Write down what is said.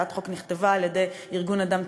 הצעת החוק נכתבה על-ידי ארגון "אדם,